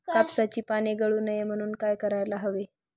कापसाची पाने गळू नये म्हणून काय करायला हवे?